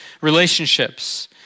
relationships